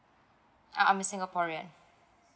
uh I'm singaporean